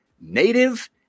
Native